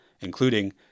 including